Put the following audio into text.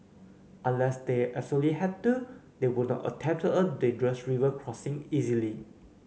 unless they absolutely had to they would not attempt a dangerous river crossing easily